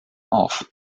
auf